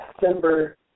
December